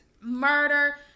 murder